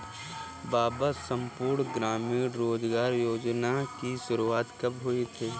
बाबा संपूर्ण ग्रामीण रोजगार योजना की शुरुआत कब हुई थी?